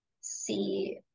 see